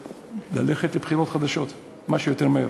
וללכת לבחירות חדשות כמה שיותר מהר.